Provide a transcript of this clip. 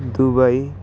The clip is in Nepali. दुबई